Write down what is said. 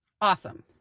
Awesome